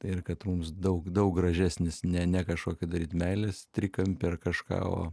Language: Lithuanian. ir kad mums daug daug gražesnis ne ne kažkokį daryt meilės trikampį ar kažką o